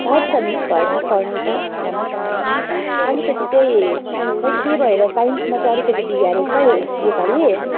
पढ्छ मिस घरमा पढ्नु त राम्रोसँगले नै अलिकति चाहिँ खोइ के भएर साइन्समा चाहिँ अलिकति बिगारेछ योपालि